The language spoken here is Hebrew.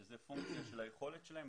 שזו פונקציה של היכולת שלהם.